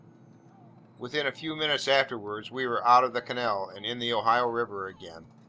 within a few minutes afterwards, we were out of the canal, and in the ohio river again.